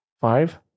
Five